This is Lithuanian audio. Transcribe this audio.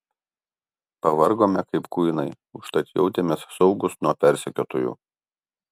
pavargome kaip kuinai užtat jautėmės saugūs nuo persekiotojų